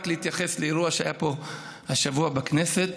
להתייחס לאירוע שהיה פה השבוע בכנסת.